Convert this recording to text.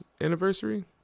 anniversary